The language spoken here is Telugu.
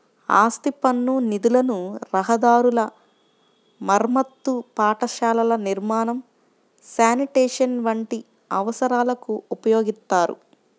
ఆస్తి పన్ను నిధులను రహదారుల మరమ్మతు, పాఠశాలల నిర్మాణం, శానిటేషన్ వంటి అవసరాలకు ఉపయోగిత్తారు